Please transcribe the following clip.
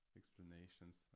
explanations